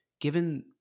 given